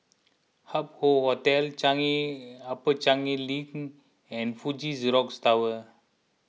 Hup Hoe Hotel Changi Upper Changi Link and Fuji Xerox Tower